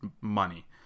money